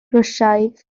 rwsiaidd